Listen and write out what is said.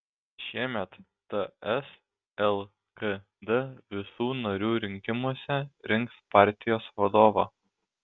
šiemet ts lkd visų narių rinkimuose rinks partijos vadovą